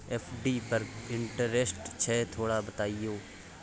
FD पर की interest छय थोरा बतईयो?